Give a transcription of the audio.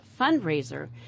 Fundraiser